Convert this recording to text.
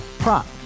Prop